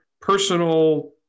personal